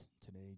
today